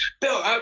bill